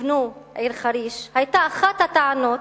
יבנו את העיר חריש, היתה אחת הטענות